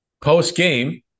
Post-game